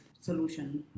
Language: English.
solution